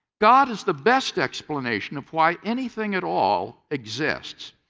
god is the best explanation of why anything at all exists.